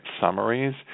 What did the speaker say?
summaries